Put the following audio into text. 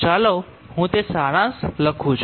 ચાલો હું તે સારાંશ લખુ છું